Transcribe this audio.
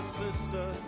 sister